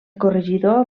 corregidor